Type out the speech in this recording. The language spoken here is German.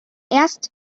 erst